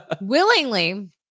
Willingly